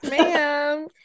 ma'am